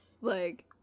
like-